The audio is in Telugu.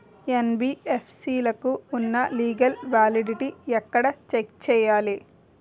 యెన్.బి.ఎఫ్.సి లకు ఉన్నా లీగల్ వ్యాలిడిటీ ఎక్కడ చెక్ చేయాలి?